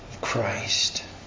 Christ